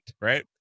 right